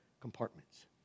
compartments